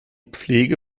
pflege